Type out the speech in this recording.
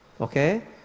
Okay